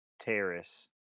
Terrace